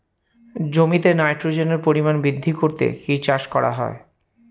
জমিতে নাইট্রোজেনের পরিমাণ বৃদ্ধি করতে কি চাষ করা হয়?